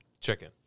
chicken